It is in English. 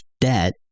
debt